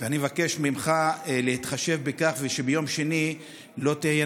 אני מבקש ממך להתחשב בכך ושביום שני לא יהיו